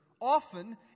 often